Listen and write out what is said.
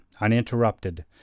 uninterrupted